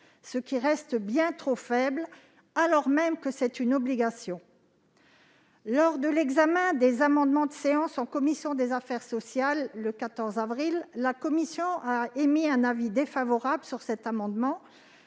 un chiffre bien trop faible, alors même qu'il s'agit d'une obligation. Lors de l'examen des amendements de séance en commission des affaires sociales, le 14 avril, la commission a émis un avis défavorable sur cet amendement,